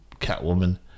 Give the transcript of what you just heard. Catwoman